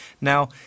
Now